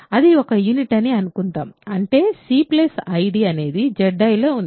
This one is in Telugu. అది ఒక యూనిట్ అని అనుకుందాం అంటే c id అనేది Zi లో ఉంది